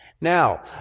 Now